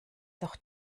doch